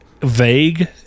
vague